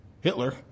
Hitler